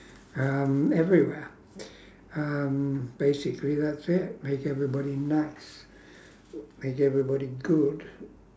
um everywhere um basically that's it make everybody nice make everybody good